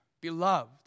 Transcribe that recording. beloved